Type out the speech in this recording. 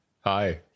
hi